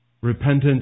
Repentance